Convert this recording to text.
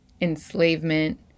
enslavement